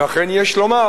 ואכן יש לומר